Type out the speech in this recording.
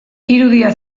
irudia